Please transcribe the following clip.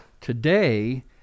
today